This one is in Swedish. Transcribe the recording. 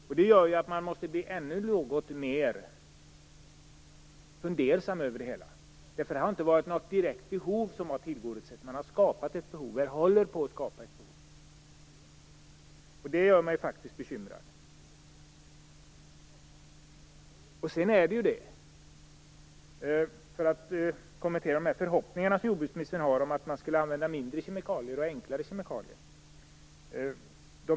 Detta gör att man måste bli ännu något mer fundersam över det hela. Det har inte varit något behov som har tillgodosetts. Man har skapat ett behov. Det gör mig bekymrad. Jag vill kommentera jordbruksministerns förhoppningar om att använda mindre mängd och enklare kemikalier.